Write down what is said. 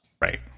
Right